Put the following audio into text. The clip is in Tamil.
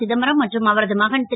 சிதம்பரம் மற்றும் அவரது மகன் ரு